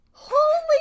Holy